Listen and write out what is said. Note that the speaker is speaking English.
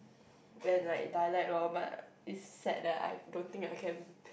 and like dialect lor but it's sad that I don't think I can